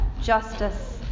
justice